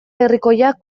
herrikoiak